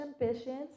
ambitions